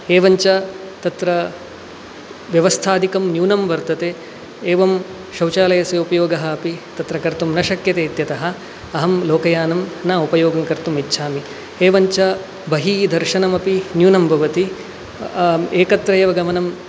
एवञ्च तत्र व्यवस्थादिकं न्यूनं वर्तते एवं शौचालयस्य उपयोगः अपि तत्र कर्तुं न शक्यते इत्यतः अहं लोकयानम् न उपयोगं कर्तुं इच्छामि एवञ्च बहिः दर्शनमपि न्यूनं भवति एकत्र एव गमनं